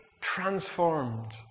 transformed